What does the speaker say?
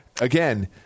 again